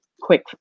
Quick